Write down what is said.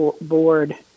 board